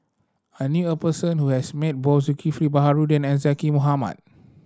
I knew a person who has met both Zulkifli Baharudin and Zaqy Mohamad